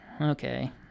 Okay